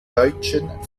deutschen